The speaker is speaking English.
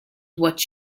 what